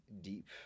deep